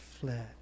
fled